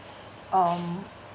um